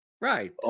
Right